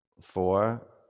Four